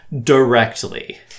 directly